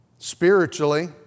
spiritually